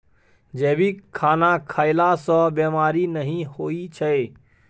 जैविक खाना खएला सँ बेमारी नहि होइ छै